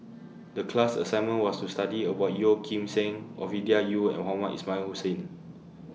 The class assignment was to study about Yeo Kim Seng Ovidia Yu and Mohamed Ismail Hussain